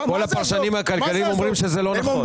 כל הפרשנים הכלכליים אומרים שזה לא נכון.